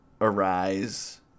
arise